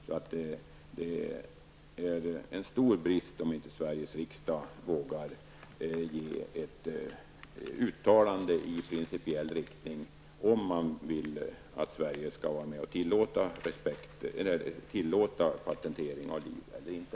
Därför vore det en stor brist om Sveriges riksdag inte skulle våga göra ett principiellt uttalande om huruvida man vill att Sverige skall tillåta patentering av liv eller inte.